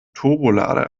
turbolader